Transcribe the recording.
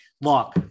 look